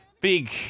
Big